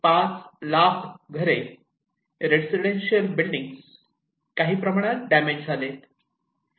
5 लाख घरे residential building काही प्रमाणात डॅमेज झाले